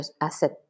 asset